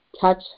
touch